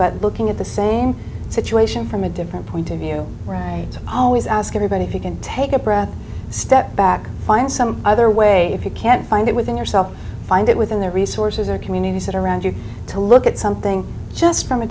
but looking at the same situation from a different point of view it's always ask everybody if you can take a breath step back find some other way if you can find it within yourself find it within their resources or communities that are around you to look at something just from a